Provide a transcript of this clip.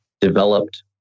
developed